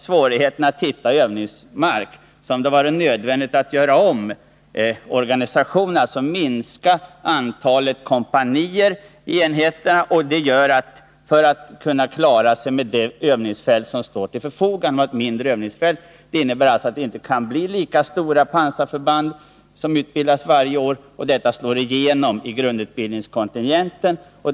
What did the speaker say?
Svårigheterna att hitta övningsmark har gjort det nödvändigt att minska antalet kompanier i enheterna. På så sätt kan man klara sig med det mindre övningsfält som står till förfogande. Det innebär att stora pansarförband inte kan utbildas varje år, och det slår igenom i grundutbildningskontingenten.